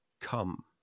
come